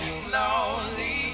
slowly